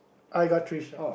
I got three shell